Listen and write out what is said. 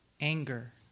Anger